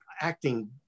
acting